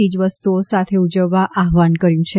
ચીજવસ્તુઓ સાથે ઉજવવા આહવાન કર્યું છે